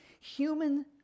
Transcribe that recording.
Human